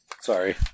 Sorry